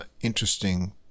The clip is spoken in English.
interesting